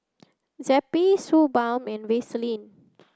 Zappy Suu Balm and Vaselin